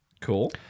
cool